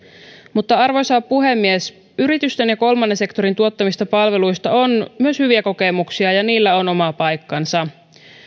arvoisa puhemies yritysten ja kolmannen sektorin tuottamista palveluista on myös hyviä kokemuksia ja niillä on oma paikkansa